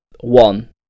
one